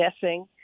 guessing